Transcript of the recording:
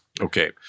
Okay